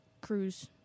cruise